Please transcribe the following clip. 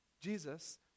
Jesus